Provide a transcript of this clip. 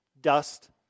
Dust